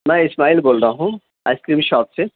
میں اِسماعیل بول رہا ہوں آئس کریم شاپ سے